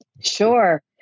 Sure